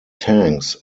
tanks